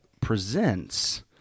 presents